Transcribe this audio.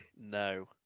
No